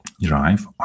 drive